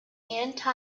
anti